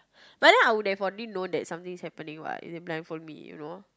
but then I would have already known that something's happening what if they blindfold me you know